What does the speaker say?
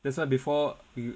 that's why before